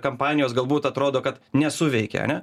kampanijos galbūt atrodo kad nesuveikia ane